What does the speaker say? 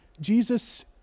Jesus